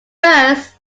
first